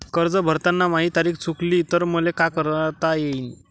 कर्ज भरताना माही तारीख चुकली तर मले का करता येईन?